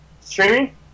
streaming